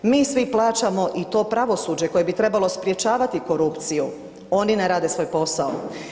Mi svi plaćamo i to pravosuđe koje bi trebalo sprječavati korupciju, oni ne rade svoj posao.